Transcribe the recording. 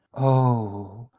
oh,